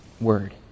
word